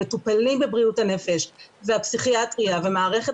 הם מטופלים בבריאות הנפש והפסיכיאטריה ומערכת